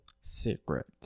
secret